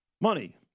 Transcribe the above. Money